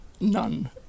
None